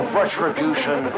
retribution